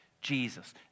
Jesus